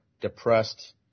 depressed